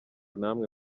namwe